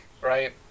right